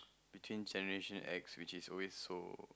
between Generation X which is always so